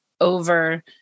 over